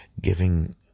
giving